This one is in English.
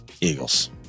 Eagles